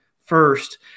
first